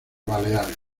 baleares